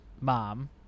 mom